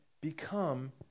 become